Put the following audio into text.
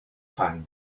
fang